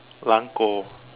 狼狗